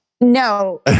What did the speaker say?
No